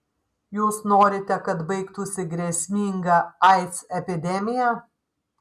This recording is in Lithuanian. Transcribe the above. jūs norite kad baigtųsi grėsminga aids epidemija